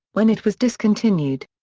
when it was discontinued.